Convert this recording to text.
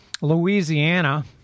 Louisiana